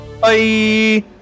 Bye